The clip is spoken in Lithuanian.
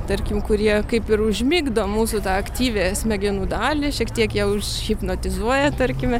tarkim kurie kaip ir užmigdo mūsų tą aktyviąją smegenų dalį šiek tiek ją užhipnotizuoja tarkime